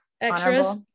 extras